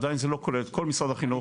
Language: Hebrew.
עדיין זה לא כולל את משרד החינוך.